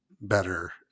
better